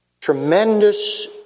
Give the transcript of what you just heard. tremendous